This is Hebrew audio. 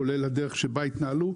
כולל הדרך שבה התנהלו.